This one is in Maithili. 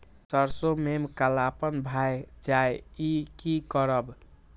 सरसों में कालापन भाय जाय इ कि करब?